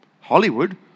Hollywood